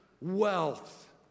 wealth